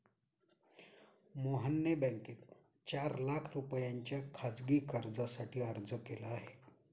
मोहनने बँकेत चार लाख रुपयांच्या खासगी कर्जासाठी अर्ज केला आहे